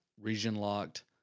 region-locked